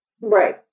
Right